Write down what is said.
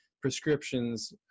prescriptions